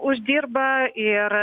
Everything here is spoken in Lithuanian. uždirba ir